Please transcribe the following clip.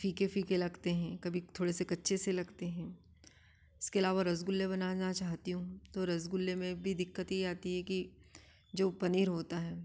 फ़ीके फ़ीके लगते हें कभी थोड़े से कच्चे से लगते हें इसके अलावा रसगुल्ले बनाना चाहती हूँ तो रसगुल्ले में भी दिक्कत ये आती है कि जो पनीर होता है